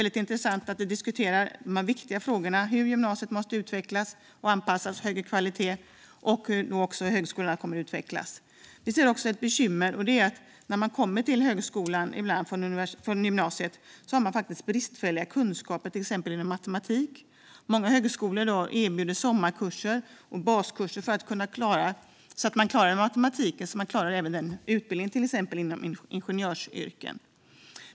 Det är intressant att diskutera de här viktiga frågorna - hur gymnasiet måste utvecklas, anpassas och få högre kvalitet samt hur högskolorna kommer att utvecklas. Moderaterna ser också ett bekymmer, och det är att de som kommer till högskolan från gymnasiet ibland har bristfälliga kunskaper inom till exempel matematik. Många högskolor erbjuder i dag sommarkurser och baskurser för att studenterna ska klara matematiken på utbildningen, till exempel inom ingenjörsyrken.